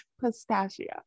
pistachio